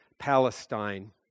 Palestine